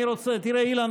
אילן,